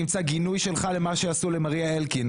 אמצא גינוי שלך למה שעשו למריה אלקין,